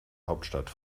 hauptstadt